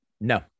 No